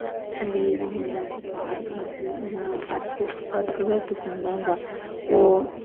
होंदी ऐ हून जि'यां बखार खांसी इ'यां अरक किसम दा होंदा ओह्